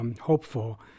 Hopeful